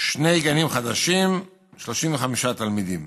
שני גנים חדשים, 35 תלמידים.